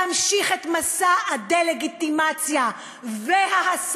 להמשיך את מסע הדה-לגיטימציה וההסתה,